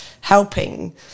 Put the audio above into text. helping